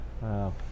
Wow